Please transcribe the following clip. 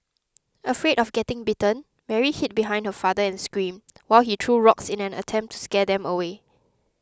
afraid of getting bitten Mary hid behind her father and screamed while he threw rocks in an attempt to scare them away